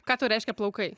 ką tau reiškia plaukai